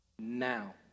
Now